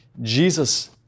Jesus